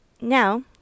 Now